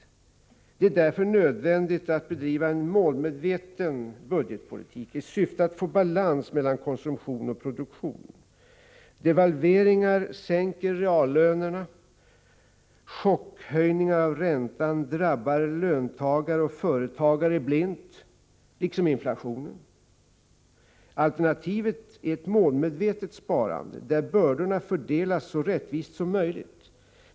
Det är därför nödvändigt att bedriva en målmedveten budgetpolitik i syfte att få balans mellan konsumtion och produktion. Devalveringar sänker reallönerna, chockhöjning av räntan drabbar löntagare och företagare blint liksom inflationen. Alternativet är ett målmedvetet sparande, där bördorna fördelas så rättvist som möjligt.